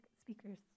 speakers